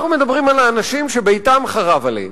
אנחנו מדברים על האנשים שביתם חרב עליהם,